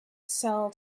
cell